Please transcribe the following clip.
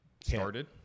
started